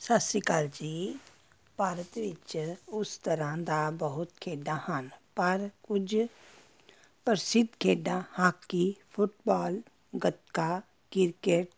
ਸਤਿ ਸ਼੍ਰੀ ਅਕਾਲ ਜੀ ਭਾਰਤ ਵਿੱਚ ਉਸ ਤਰ੍ਹਾਂ ਦਾ ਬਹੁਤ ਖੇਡਾਂ ਹਨ ਪਰ ਕੁਝ ਪ੍ਰਸਿੱਧ ਖੇਡਾਂ ਹਾਕੀ ਫੁੱਟਬਾਲ ਗਤਕਾ ਕਿਰਕੇਟ